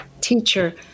teacher